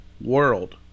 world